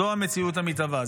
זו המציאות המתהווה,